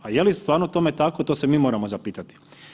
Pa je li stvarno tome tako, to se mi moramo zapitati.